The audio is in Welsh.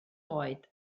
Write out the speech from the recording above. oed